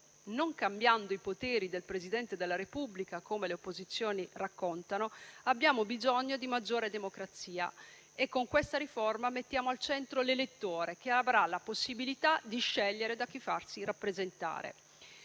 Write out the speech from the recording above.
non cambiando i poteri del Presidente della Repubblica - come le opposizioni raccontano - abbiamo bisogno di maggiore democrazia. Con questa riforma mettiamo al centro l'elettore, che avrà la possibilità di scegliere da chi farsi rappresentare.